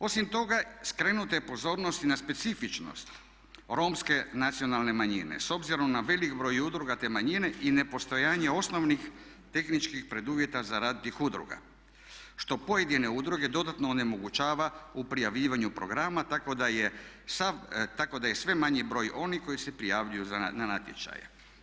Osim toga, skrenuta je pozornost i na specifičnost romske nacionalne manjine s obzirom na velik broj udruga te manjine i nepostojanje osnovnih tehničkih preduvjeta za rad tih udruga što pojedine udruge dodatno onemogućava u prijavljivanju programa, tako da je sve manji broj onih koji se prijavljuju na natječaje.